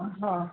હ